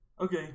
Okay